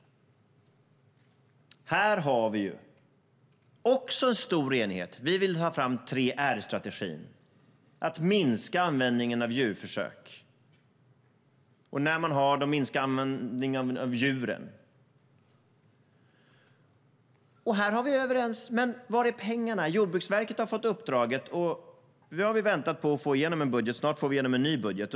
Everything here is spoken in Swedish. Vi vill ha 3R-strategin, det vill säga minska användningen av djurförsök och minska användningen av djur. Men var är pengarna? Jordbruksverket har fått ett uppdrag, och nu har vi väntat på att få igenom en budget. Snart får vi igenom en ny budget.